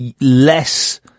less